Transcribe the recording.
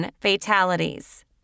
Fatalities